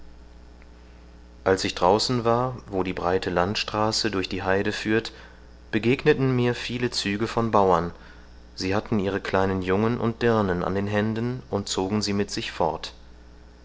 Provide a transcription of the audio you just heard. als ich draußen war wo die breite landstraße durch die heide führte begegneten mir viele züge von bauern sie hatten ihre kleinen jungen und dirnen an den händen und zogen sie mit sich fort